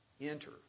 enter